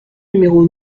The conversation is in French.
numéro